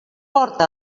porta